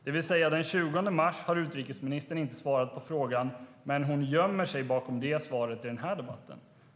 Det vill säga att den 20 mars har utrikesministern inte svarat på frågan, men hon gömmer sig bakom det svaret i den här debatten.